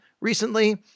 recently